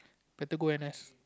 better go N_S